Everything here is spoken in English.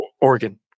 Oregon